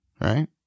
right